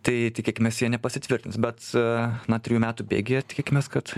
tai tikėkimės jie nepasitvirtins bet na trijų metų bėgyje tikėkimės kad